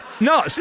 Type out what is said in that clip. no